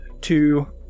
Two